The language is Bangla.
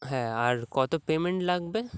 হ্যাঁ আর কত পেমেন্ট লাগবে